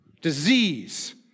disease